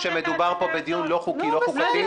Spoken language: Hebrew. משום שמדובר פה בדיון לא חוקי, לא חוקתי.